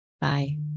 Bye